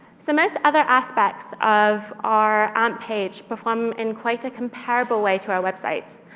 so most other aspects of our amp page perform in quite a comparable way to our website.